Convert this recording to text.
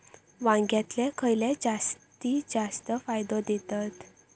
वांग्यातले खयले जाती जास्त फायदो देतत?